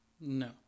No